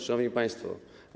Szanowni Państwo!